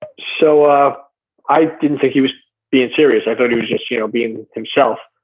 but so ah i didn't think he was being serious. i thought he was just you know being himself.